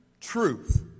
truth